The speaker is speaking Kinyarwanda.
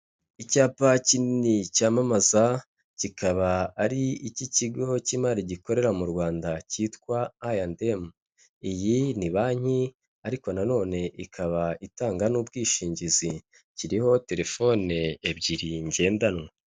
icyapa kinini cyamamaza, kikaba ari icy'ikigo cy'imari gikorera mu Rwanda cyitwa I&M, iyi ni banki ariko na none ikaba itanga n'ubwishingizi, kiriho telefone ebyiri ngendanwa.